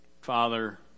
Father